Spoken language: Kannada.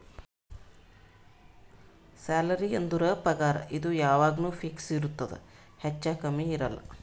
ಸ್ಯಾಲರಿ ಅಂದುರ್ ಪಗಾರ್ ಇದು ಯಾವಾಗ್ನು ಫಿಕ್ಸ್ ಇರ್ತುದ್ ಹೆಚ್ಚಾ ಕಮ್ಮಿ ಇರಲ್ಲ